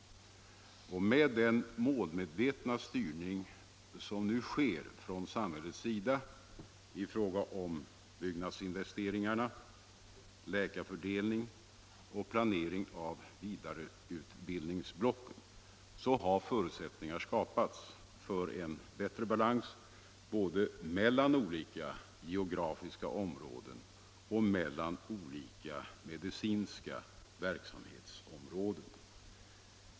Med den målmedvetna styrning som nu sker från samhällets sida i fråga om byggnadsinvesteringar, läkarfördelning och planering av vidareutbildningsblock har förutsättningar skapats för en bättre balans både mellan olika geografiska områden och mellan olika medicinska verksamhetsområden.